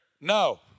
No